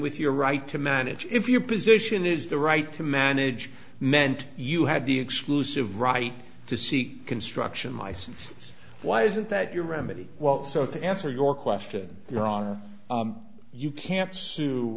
with your right to manage if your position is the right to manage meant you had the exclusive right to seek construction license why is it that your remedy won't so to answer your question your honor you can't sue